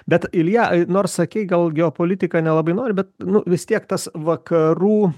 bet ilja i nors sakei gal geopolitika nelabai nori bet nu vis tiek tas vakarų